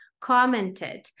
commented